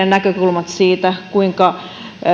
näkökulmat siitä kuinka